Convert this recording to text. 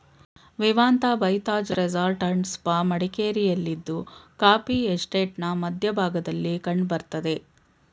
Vivanta by Taj resort and spa ಮಡಿಕೇರಿಯಲ್ಲಿದ್ದು coffee ಎಸ್ಟೇಟ್ನ ಮಧ್ಯ ಭಾಗದಲ್ಲಿ ಕಂಡ್ ಬರ್ತದೆ